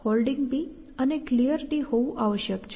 Holding અને Clear હોવું આવશ્યક છે